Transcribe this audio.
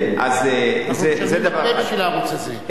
אנחנו משלמים הרבה בשביל הערוץ הזה.